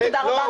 תודה רבה,